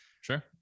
Sure